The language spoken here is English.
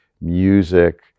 music